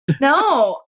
No